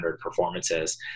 performances